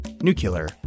Nuclear